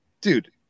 dude